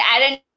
Aaron